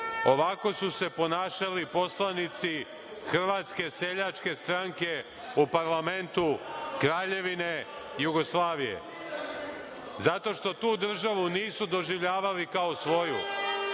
Ovako su se ponašali poslanici hrvatske seljačke stranke u parlamentu Kraljevine Jugoslavije, zato što tu državu nisu doživljavali kao svoju.